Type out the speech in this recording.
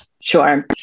Sure